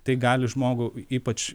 tai gali žmogų ypač